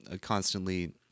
constantly